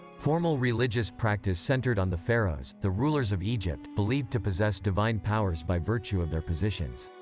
formal religious practice centered on the pharaohs, the rulers of egypt, believed to possess divine powers by virtue of their positions.